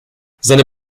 seine